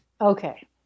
Okay